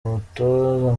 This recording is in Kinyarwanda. umutoza